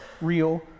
real